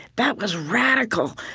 that was radical.